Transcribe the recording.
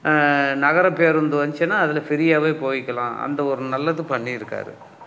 நகரப்பேருந்து வந்துச்சுனா அதில் ஃபிரீயாகவே போயிக்கலான் அந்த ஒரு நல்லது பண்ணிருக்கார்